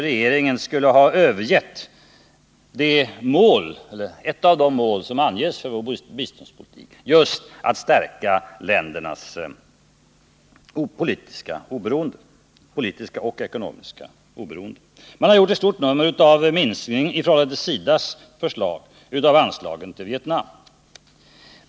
Regeringen skulle ha övergett det mål för vår biståndspolitik som handlar om att stärka ländernas politiska och ekonomiska oberoende. Man har f. ö. gjort ett stort nummer av en minskning i förhållande till SIDA:s förslag av anslagen till Vietnam.